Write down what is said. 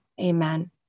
amen